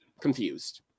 confused